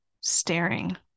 staring